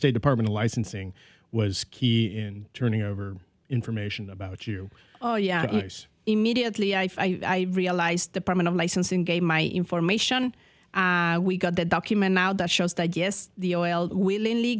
state department of licensing was key in turning over information about you oh yeah immediately i realized department of licensing gave my information we got that document now that shows that yes the oil willingly